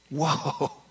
Whoa